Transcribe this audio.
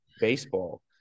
baseball